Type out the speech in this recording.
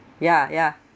ya ya